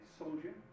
soldier